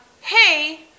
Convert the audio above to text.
hey